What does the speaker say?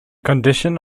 condition